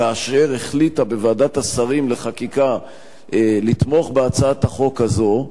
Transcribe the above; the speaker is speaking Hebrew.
כאשר החליטה בוועדת השרים לחקיקה לתמוך בהצעת החוק הזו,